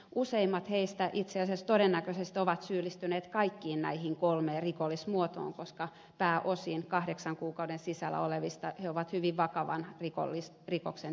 useimmat heistä itse asiassa todennäköisesti ovat syyllistyneet kaikkiin näihin kolmeen rikollisuusmuotoon koska pääosa kahdeksan kuukauden rangaistusajan sisällä olevista on hyvin vakavan rikoksen tehneitä